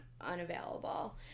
unavailable